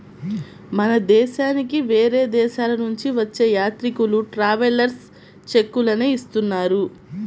మన దేశానికి వేరే దేశాలనుంచి వచ్చే యాత్రికులు ట్రావెలర్స్ చెక్కులనే ఇస్తున్నారు